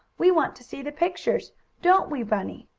we want to see the pictures don't we, bunny?